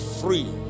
free